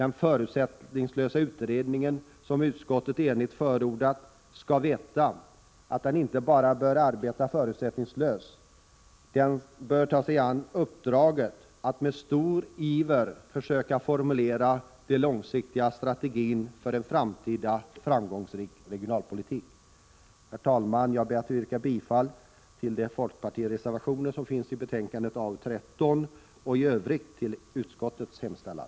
Den förutsättningslösa utredning som utskottet enigt 21 maj 1987 förordat skall veta att den inte bara bör arbeta förutsättningslöst, den bör ta sig an uppdraget att med stor iver försöka formulera den långsiktiga strategin för en framtida framgångsrik regionalpolitik. Herr talman! Jag ber att få yrka bifall till de folkpartireservationer som finns fogade till arbetsmarknadsutskottets betänkande 13 och i övrigt till utskottets hemställan.